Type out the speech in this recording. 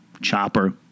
chopper